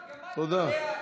גם את יודעת